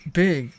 big